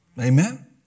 Amen